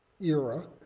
era